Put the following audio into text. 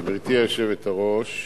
גברתי היושבת בראש,